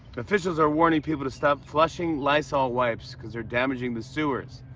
officials are warning people to stop flushing lysol wipes cause they're damaging the sewers.